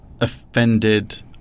offended